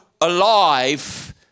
alive